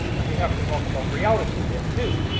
and we have to talk about reality a bit too,